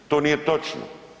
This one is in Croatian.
To nije točno.